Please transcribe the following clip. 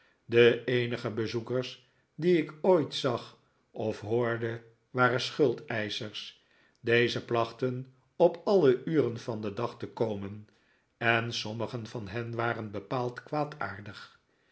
de eenige bezoekers die ik ooit zag of hoorde waren schuldeischers deze plachten op alle uren van den dag te komen en sommigen van hen waren bepaald